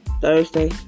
Thursday